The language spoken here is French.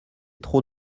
trop